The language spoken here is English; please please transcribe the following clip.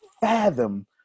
fathom